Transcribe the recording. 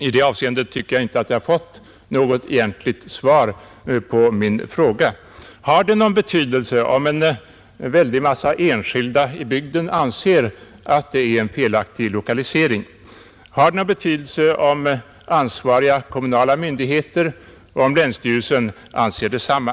I det avseendet tycker jag inte att jag har fått något egentligt svar på min fråga. Har det någon betydelse om en stor mängd enskilda i bygden anser att det är en felaktig lokalisering? Har det någon betydelse om ansvariga kommunala myndigheter och länsstyrelsen anser detsamma?